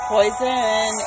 Poison